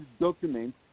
document